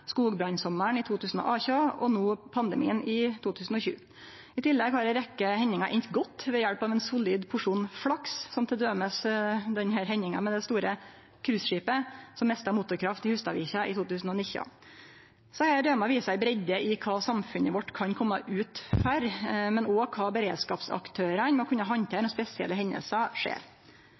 i 2018 og no pandemien i 2020. I tillegg har ei rekkje hendingar enda godt ved hjelp av ein solid porsjon flaks, som t.d. hendinga med det store cruiseskipet som mista motorkraft i Hustadvika i 2019. Dette viser ei breidde i kva samfunnet vårt kan kome ut for, men også kva beredskapsaktørane må kunne handtere når spesielle hendingar skjer.